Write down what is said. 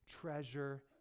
treasure